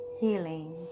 healing